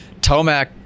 tomac